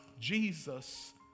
Jesus